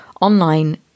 online